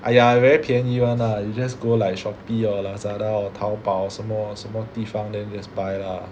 !aiya! very 便宜 [one] lah you just go like Shopee or Lazada or 淘宝什么什么地方 then just buy lah